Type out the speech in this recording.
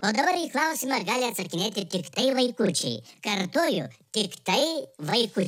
o dabar į klausimą ar gali atsakinėti tiktai vaikučiai kartoju tiktai vaikučiai